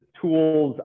tools